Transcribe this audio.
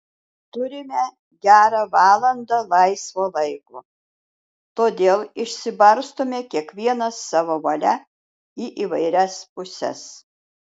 turime gerą valandą laisvo laiko todėl išsibarstome kiekvienas savo valia į įvairias puses